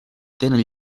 tenen